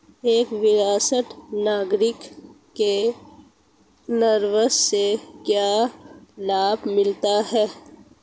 एक वरिष्ठ नागरिक को निवेश से क्या लाभ मिलते हैं?